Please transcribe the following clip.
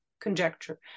conjecture